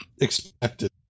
expected